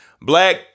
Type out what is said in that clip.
Black